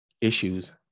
issues